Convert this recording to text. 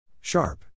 Sharp